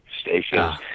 stations